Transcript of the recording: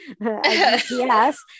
Yes